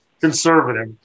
conservative